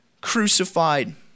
crucified